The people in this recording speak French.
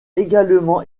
également